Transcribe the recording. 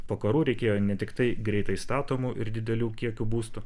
po karų reikėjo ne tiktai greitai statomų ir didelių kiekių būstų